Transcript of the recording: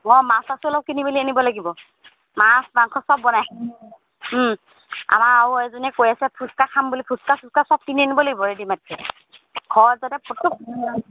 অঁ মাছ চাছো অলপ কিনি মেলি আনিব লাগিব মাছ মাংস সব বনাই আমাৰ আৰু এইজনীয়ে কৈ আছে ফুচকা খাম বুলি ফুচকা চুচকা সব কিনি আনিব লাগিব ৰেদিমেতকৈ ঘৰত যাতে ফুচকা